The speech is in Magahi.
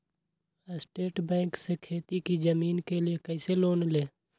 स्टेट बैंक से खेती की जमीन के लिए कैसे लोन ले?